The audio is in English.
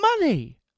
money